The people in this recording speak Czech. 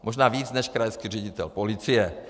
Možná více než krajský ředitel policie.